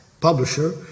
publisher